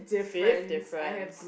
fifth difference